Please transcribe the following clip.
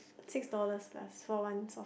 six dollars plus for one